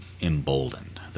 emboldened